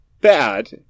bad